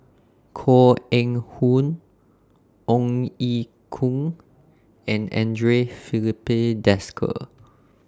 Koh Eng Hoon Ong Ye Kung and Andre Filipe Desker